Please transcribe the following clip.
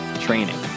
training